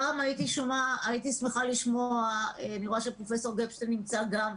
אני רואה שפרופסור גפשטיין נמצא פה גם.